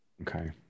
Okay